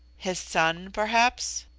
his son, perhaps?